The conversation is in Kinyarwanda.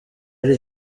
ari